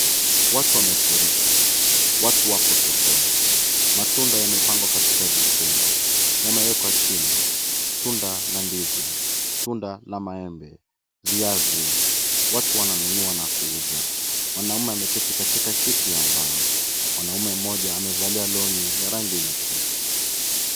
Watu wamefurika. Watu wapo sokoni. Matunda yamepangwa katika vifungu yamewekwa chini. Tunda la ndizi, tunda la maembe, viazi, watu wananunua na kuuza. Mwanaume ameketi katika kiti ya mbao. Mwanaume mmoja amevalia long'i ya rangi nyekundu.